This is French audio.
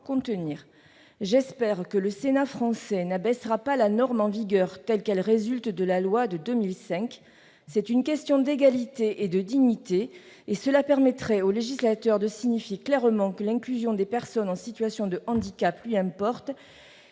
J'espère que le Sénat français n'abaissera pas la norme en vigueur, telle qu'elle résulte de la loi de 2005. C'est une question d'égalité et de dignité, et cela permettrait au législateur de signifier clairement que l'inclusion des personnes en situation de handicap lui importe.